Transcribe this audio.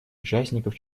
участников